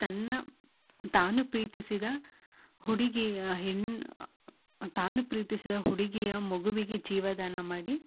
ತನ್ನ ತಾನು ಪ್ರೀತಿಸಿದ ಹುಡುಗಿಯ ಹೆಣ್ಣು ತಾನು ಪ್ರೀತಿಸಿದ ಹುಡುಗಿಯ ಮಗುವಿಗೆ ಜೀವದಾನ ಮಾಡಿ